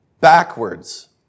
Backwards